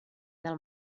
del